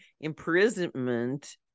imprisonment